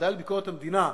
לביקורת המדינה,